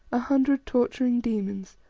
a hundred torturing demons,